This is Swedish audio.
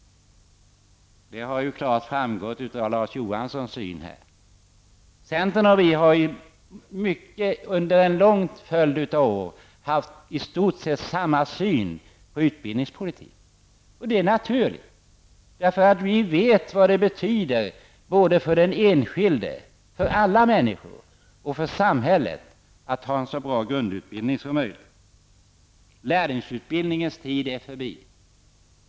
Det har ju klart framgått av Larz Johanssons inlägg här. Centern och vi har under en lång följd av år haft i stort sett samma syn på utbildningspolitiken. Och det är naturligt, därför att vi vet vad det betyder både för den enskilde, för alla människor, och för samhället att ha en så bra grundutbildning som möjligt. Lärlingsutbildningens tid är förbi.